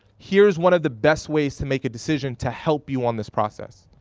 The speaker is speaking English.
here's one of the best ways to make a decision to help you on this process.